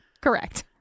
correct